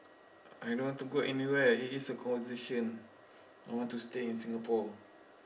I don't want to go anyway it is a conversation I want to stay in singapore